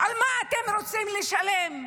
על מה אתם רוצים לשלם?